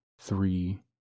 three